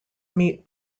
meet